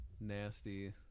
nasty